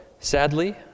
sadly